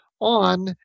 on